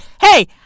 Hey